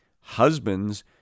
husbands